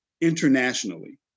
internationally